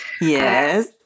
Yes